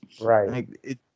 Right